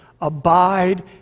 Abide